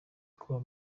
kuba